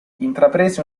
intraprese